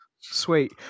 sweet